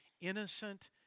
innocent